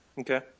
Okay